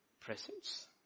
presence